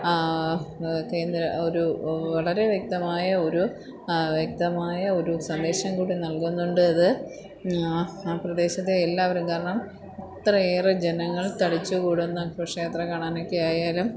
കേന്ദ്ര ഒരു വളരെ വ്യക്തമായ ഒരു വ്യക്തമായ ഒരു സന്ദേശം കൂടെ നൽകുന്നുണ്ട് ഇത് ആ പ്രദേശത്തെ എല്ലാവരും കാരണം അത്രയേറെ ജനങ്ങൾ തടിച്ച് കൂടുന്നു ക്ഷേത്രം കാണാനൊക്കെയായാലും